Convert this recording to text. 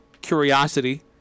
curiosity